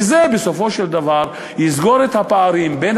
וזה בסופו של דבר יסגור את הפערים בין